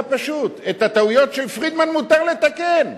פשוט: את הטעויות של פרידמן מותר לתקן,